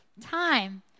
Time